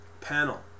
panel